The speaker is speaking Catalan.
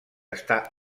està